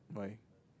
why